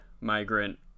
migrant